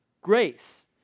Grace